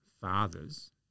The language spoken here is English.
fathers